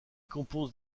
compose